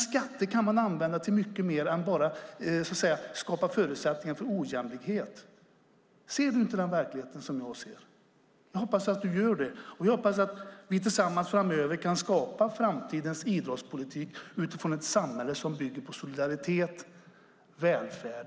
Skatter kan man använda till mycket mer än att bara skapa förutsättningar för ojämlikhet. Ser inte du, Anders Flanking, den verklighet jag ser? Jag hoppas att du gör det, och jag hoppas att vi tillsammans framöver kan skapa framtidens idrottspolitik utifrån ett samhälle som bygger på solidaritet och välfärd.